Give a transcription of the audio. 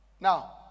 Now